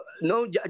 no